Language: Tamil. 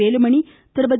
வேலுமணி திருமதி